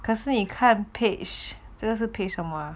可是你看 page 这个是 page 什么 ah